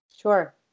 Sure